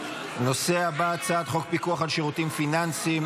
הנושא הבא: הצעת חוק פיקוח עלך שירותים פיננסיים,